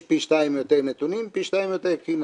יש פי 2 יותר נתונים, פי 2 יותר קרינה.